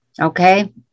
Okay